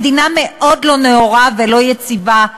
מדינה מאוד לא נאורה ולא יציבה,